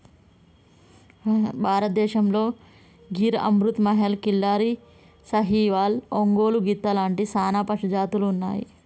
భారతదేసంతో గిర్ అమృత్ మహల్, కిల్లారి, సాహివాల్, ఒంగోలు గిత్త లాంటి సానా పశుజాతులు ఉన్నాయి